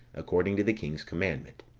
according to the king's commandment.